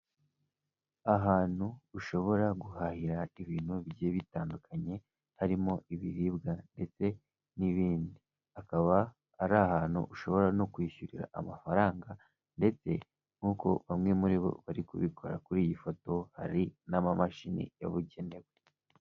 Ahantu ushobora guhahira ibintu bigiye bitandukanye harimo ibiribwa ndetse n'ibindi, akaba ari ahantu ushobora no kwishyurira amafaranga, ndetse nkuko bamwe muri bo bari kubikora kuri iyi foto hari n'amamashini yabugenewe.